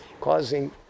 causing